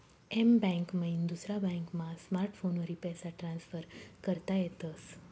एक बैंक मईन दुसरा बॅकमा स्मार्टफोनवरी पैसा ट्रान्सफर करता येतस